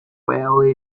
rarely